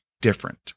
different